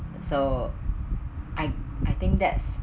so I I think that's